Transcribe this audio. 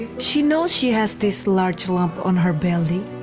she knows she has this large lump on her belly.